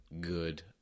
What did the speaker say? good